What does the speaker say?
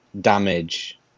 damage